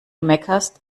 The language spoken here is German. meckerst